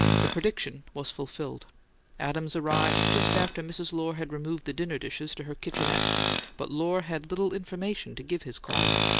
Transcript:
the prediction was fulfilled adams arrived just after mrs. lohr had removed the dinner dishes to her kitchenette but lohr had little information to give his caller.